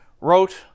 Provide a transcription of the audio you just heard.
wrote